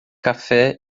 café